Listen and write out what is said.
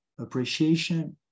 Appreciation